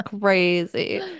crazy